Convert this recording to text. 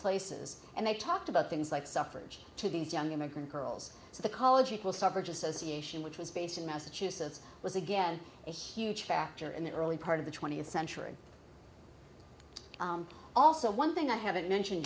places and they talked about things like suffrage to these young immigrant girls to the college equal suffrage association which was based in massachusetts was again a huge factor in the early part of the twentieth century also one thing i haven't mentioned